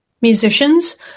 musicians